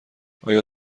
آیا